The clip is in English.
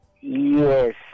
Yes